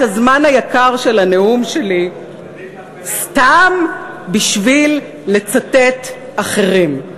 את הזמן היקר של הנאום שלי סתם בשביל לצטט אחרים.